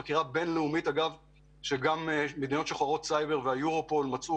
מדובר בחקירה בין-לאומית שגם היורופול מצאה